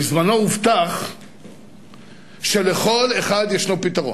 בזמנו הובטח שלכל אחד יש פתרון.